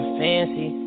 fancy